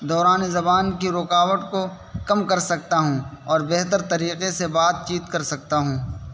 دوران زبان کی رکاوٹ کو کم کر سکتا ہوں اور بہتر طریقے سے بات چیت کر سکتا ہوں